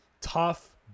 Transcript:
tough